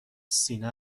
سینه